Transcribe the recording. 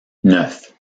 neuf